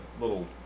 little